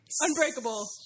Unbreakable